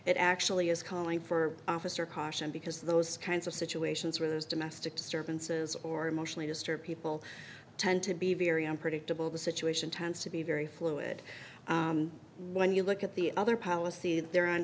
it actually is calling for officer caution because those kinds of situations where there's domestic disturbances or emotionally disturbed people tend to be very unpredictable the situation tends to be very fluid when you look at the other policy